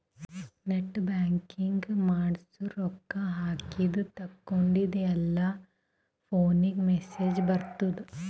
net banking ಮಾಡ್ಸುರ್ ರೊಕ್ಕಾ ಹಾಕಿದ ತೇಕೊಂಡಿದ್ದು ಎಲ್ಲಾ ಫೋನಿಗ್ ಮೆಸೇಜ್ ಬರ್ತುದ್